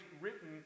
written